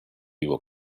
его